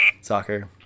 soccer